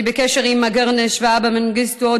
אני בקשר עם אגרנש והאבא מנגיסטו עוד